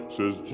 Says